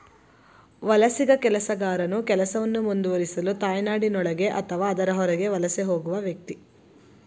ವಲಸಿಗ ಕೆಲಸಗಾರನು ಕೆಲಸವನ್ನು ಮುಂದುವರಿಸಲು ತಾಯ್ನಾಡಿನೊಳಗೆ ಅಥವಾ ಅದರ ಹೊರಗೆ ವಲಸೆ ಹೋಗುವ ವ್ಯಕ್ತಿ